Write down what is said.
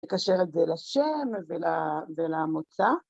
‫לקשר את זה לשם ולמוצא.